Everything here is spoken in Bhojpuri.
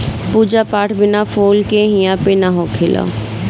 पूजा पाठ बिना फूल के इहां पे ना होखेला